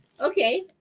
Okay